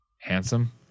handsome